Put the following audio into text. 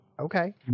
Okay